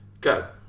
go